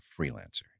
freelancer